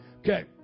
okay